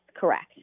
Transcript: correct